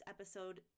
episode